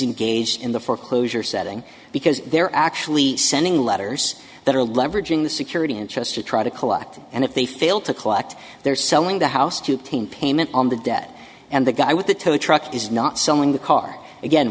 engaged in the foreclosure setting because they're actually sending letters that are leveraging the security interest to try to collect and if they fail to collect they're selling the house to obtain payment on the debt and the guy with the tow truck is not someone the car again